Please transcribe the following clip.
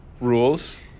rules